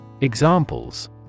Examples